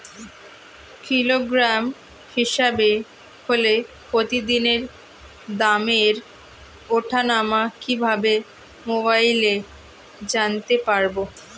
Kilogram হিসাবে হলে প্রতিদিনের দামের ওঠানামা কিভাবে মোবাইলে জানতে পারবো?